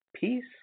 peace